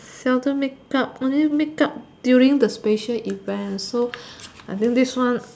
seldom make up only make up during the special event so I think this one